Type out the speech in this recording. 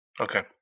Okay